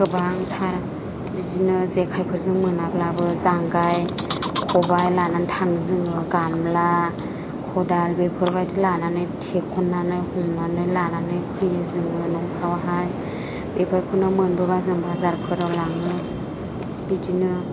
गोबांथार बिदिनो जेखाइफोरजों मोनाब्लाबो जांगाइ खबाइ लानानै थाङो जोङो गामला खदाल बेफोरबायदि लानानै थेखननानै हमनानै लानानै फैयो जोङो न'फ्रावहाय बेफोरखौनो मोनबोबा जोङो बाजारफोराव लाङो बिदिनो